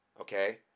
okay